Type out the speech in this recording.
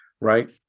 right